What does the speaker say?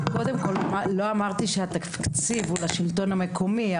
קודם כל לא אמרתי שהתקציב הוא לשלטון המקומי,